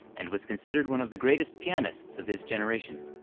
and was considered one of the greatest pianists of his generation.